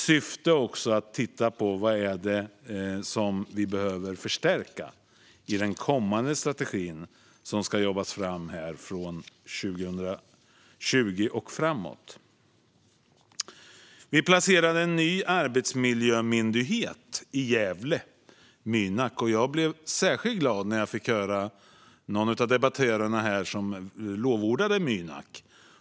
Syftet är också att titta på vad det är som vi behöver förstärka i den kommande strategin, som ska jobbas fram här, från 2020 och framåt. Vi placerade en ny arbetsmiljömyndighet i Gävle: Mynak. Jag blev särskilt glad när jag fick höra att någon av debattörerna här lovordade Mynak.